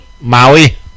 Maui